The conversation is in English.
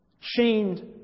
chained